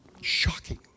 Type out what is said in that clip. shocking